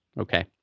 Okay